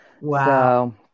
Wow